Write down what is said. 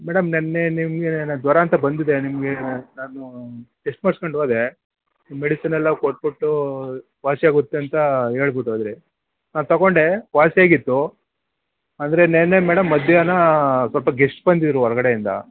madam ನಿನ್ನೆ ನಿಮಗೆ ನಾನು ಜ್ವರ ಅಂತ ಬಂದಿದ್ದೆ ನಿಮಗೆ ನಾನು ಟೆಸ್ಟ್ ಮಾಡ್ಸ್ಕಂಡು ಹೋದೆ ಮೆಡಿಸನೆಲ್ಲ ಕೊಟ್ಬಿಟ್ಟು ವಾಸಿಯಾಗುತ್ತೆ ಅಂತ ಹೇಳ್ಬಿಟ್ಟು ಹೋದಿರಿ ನಾನು ತೊಗೊಂಡೆ ವಾಸಿ ಆಗಿತ್ತು ಅಂದರೆ ನಿನ್ನೆ ಮೇಡಮ್ ಮಧ್ಯಾಹ್ನ ಸ್ವಲ್ಪ ಗೆಸ್ಟ್ ಬಂದಿದ್ದರು ಹೊರ್ಗಡೆಯಿಂದ